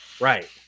right